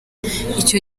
icyo